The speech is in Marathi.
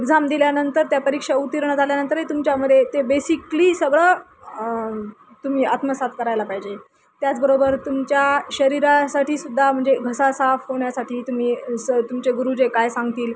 एक्झाम दिल्यानंतर त्या परीक्षा उत्तीर्ण झाल्यानंतरही तुमच्यामध्ये ते बेसिकली सगळं तुम्ही आत्मसात करायला पाहिजे त्याचबरोबर तुमच्या शरीरासाठीसुद्धा म्हणजे घसा साफ होण्यासाठी तुम्ही स तुमचे गुरु जे काय सांगतील